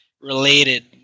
related